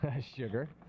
Sugar